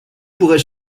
pourrais